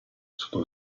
sotto